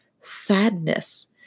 sadness